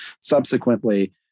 Subsequently